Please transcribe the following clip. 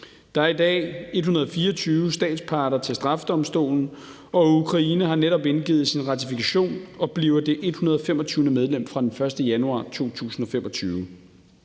Der er i dag 124 statsparter til straffedomstolen, og Ukraine har netop indgivet sin ratifikation og bliver det 125. medlem fra den 1. januar 2025.